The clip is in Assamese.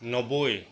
নব্বৈ